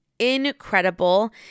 incredible